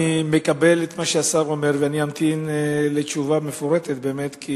מה שהשר אומר ואני אמתין לתשובה מפורטת, באמת, כי